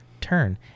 turn